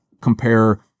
compare